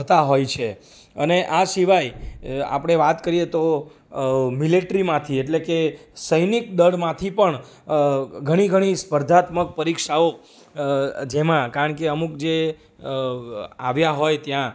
થતા હોય છે અને આ સિવાય આપણે વાત કરીએ તો મિલિટ્રીમાંથી એટલે કે સૈનિક દળમાંથી પણ ઘણી ઘણી સ્પર્ધાત્મક પરીક્ષાઓ જેમાં કારણકે અમુક જે આવ્યા હોય ત્યાં